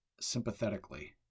sympathetically